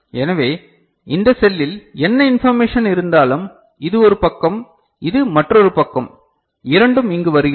எனவே இந்த செல்லில் என்ன இன்பர்மேஷன் இருந்தாலும் இது ஒரு பக்கம் இது மற்றொரு பக்கம் இரண்டும் இங்கு வருகிறது